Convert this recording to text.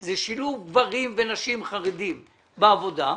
היא שילוב גברים ונשים חרדיים בעבודה,